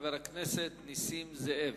חבר הכנסת נסים זאב.